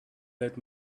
let